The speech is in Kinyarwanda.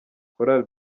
korali